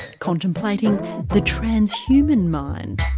contemplating the transhuman mind.